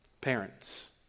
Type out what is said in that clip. Parents